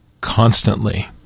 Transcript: constantly